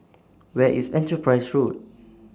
Where IS Enterprise Road